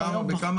אנחנו היום פחות.